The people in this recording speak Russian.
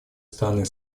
страны